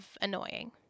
annoying